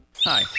Hi